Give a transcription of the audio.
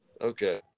Okay